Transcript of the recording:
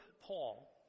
Paul